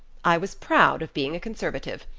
i was proud of being a conservative.